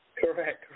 Correct